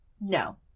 no